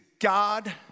God